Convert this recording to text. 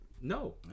No